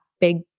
big